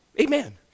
Amen